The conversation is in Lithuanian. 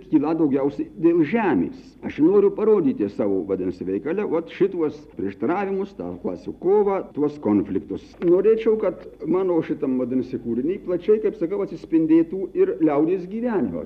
kyla daugiausiai dėl žemės aš noriu parodyti savo vadinasi veikale vat šituos prieštaravimus tą klasių kovą tuos konfliktus norėčiau kad mano šitam vadinasi kūriny plačiai kaip sakiau atsispindėtų ir liaudies gyvenimas